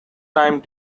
time